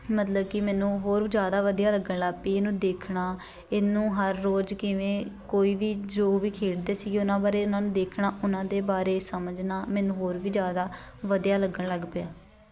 ਮਤਲਬ ਕਿ ਮੈਨੂੰ ਹੋਰ ਜ਼ਿਆਦਾ ਵਧੀਆ ਲੱਗਣ ਲੱਗ ਪਈ ਇਹਨੂੰ ਦੇਖਣਾ ਇਹਨੂੰ ਹਰ ਰੋਜ਼ ਕਿਵੇਂ ਕੋਈ ਵੀ ਜੋ ਵੀ ਖੇਡਦੇ ਸੀ ਉਹਨਾਂ ਬਾਰੇ ਉਹਨਾਂ ਨੂੰ ਦੇਖਣਾ ਉਹਨਾਂ ਦੇ ਬਾਰੇ ਸਮਝਣਾ ਮੈਨੂੰ ਹੋਰ ਵੀ ਜ਼ਿਆਦਾ ਵਧੀਆ ਲੱਗਣ ਲੱਗ ਪਿਆ